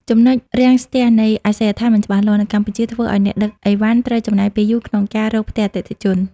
ចំណុចរាំងស្ទះនៃ "អាសយដ្ឋានមិនច្បាស់លាស់" នៅកម្ពុជា ធ្វើឱ្យអ្នកដឹកអីវ៉ាន់ត្រូវចំណាយពេលយូរក្នុងការរកផ្ទះអតិថិជន។